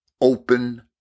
open